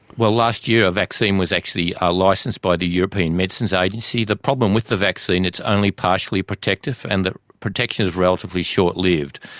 well, last year a vaccine was actually licensed by the european medicines agency. the problem with the vaccine, it's only partially protective, and the protection is relatively short lived.